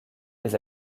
les